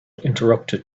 interrupted